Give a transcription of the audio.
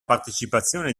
partecipazione